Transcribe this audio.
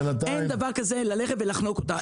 ואין דבר כזה לחנוק אותה.